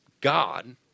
God